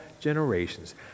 generations